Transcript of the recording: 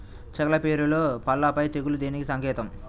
చేగల పైరులో పల్లాపై తెగులు దేనికి సంకేతం?